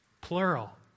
plural